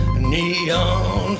neon